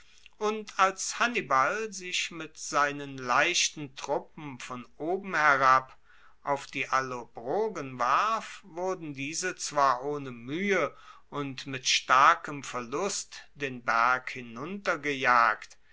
und als hannibal sich mit seinen leichten truppen von oben herab auf die allobrogen warf wurden diese zwar ohne muehe und mit starkem verlust den berg